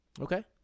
Okay